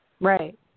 Right